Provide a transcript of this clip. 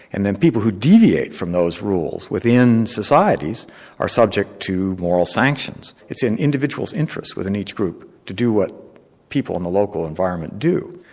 and then people who deviate from those rules within societies are subject to moral sanctions, it's in individual's interest within each group to do what people in the local environment do.